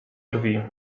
drzwi